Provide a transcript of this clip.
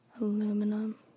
Aluminum